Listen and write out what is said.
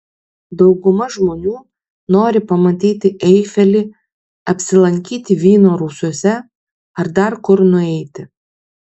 dauguma žmonių nori pamatyti eifelį apsilankyti vyno rūsiuose ar dar kur nueiti